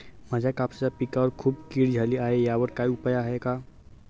माझ्या कापसाच्या पिकावर खूप कीड झाली आहे यावर काय उपाय आहे का?